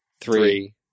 three